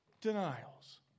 denials